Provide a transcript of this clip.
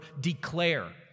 declare